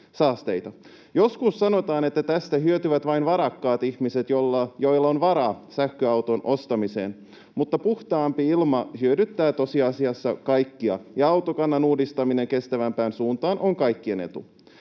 ilmansaasteita. Joskus sanotaan, että tästä hyötyvät vain varakkaat ihmiset, joilla on varaa sähköauton ostamiseen, mutta puhtaampi ilma hyödyttää tosiasiassa kaikkia, ja autokannan uudistaminen kestävämpään suuntaan on kaikkien etu.